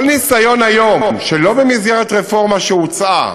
כל ניסיון היום שלא במסגרת רפורמה שהוצעה